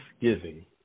giving